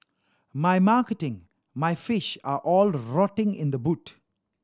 my marketing my fish are all rotting in the boot